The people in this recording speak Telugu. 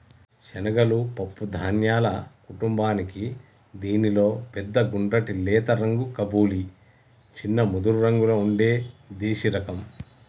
శనగలు పప్పు ధాన్యాల కుటుంబానికీ దీనిలో పెద్ద గుండ్రటి లేత రంగు కబూలి, చిన్న ముదురురంగులో ఉండే దేశిరకం